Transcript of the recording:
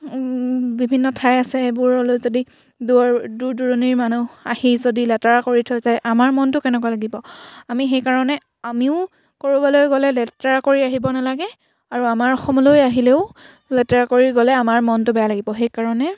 বিভিন্ন ঠাই আছে সেইবোৰলৈ যদি দূৰ দূৰ দূৰণিৰ মানুহ আহি যদি লেতেৰা কৰি থৈ যায় আমাৰ মনটো কেনেকুৱা লাগিব আমি সেইকাৰণে আমিও ক'ৰবালৈ গ'লে লেতেৰা কৰি আহিব নালাগে আৰু আমাৰ অসমলৈ আহিলেও লেতেৰা কৰি গ'লে আমাৰ মনটো বেয়া লাগিব সেইকাৰণে